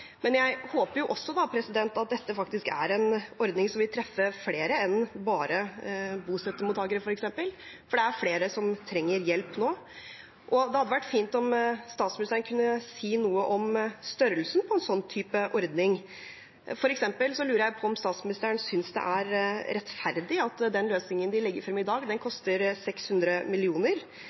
Jeg håper også at dette er en ordning som vil treffe flere enn bare bostøttemottakere, f.eks., for det er flere som trenger hjelp nå, og det hadde vært fint om statsministeren kunne si noe om størrelsen på en sånn type ordning. For eksempel koster den løsningen man legger frem i dag, 600 mill. kr, men når staten og kommuner rundt omkring i